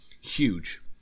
huge